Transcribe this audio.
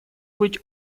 быть